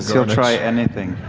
he'll try anything.